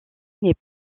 n’est